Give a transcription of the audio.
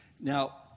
Now